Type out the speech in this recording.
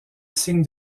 signe